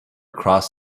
cross